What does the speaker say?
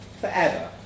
forever